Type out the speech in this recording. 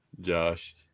Josh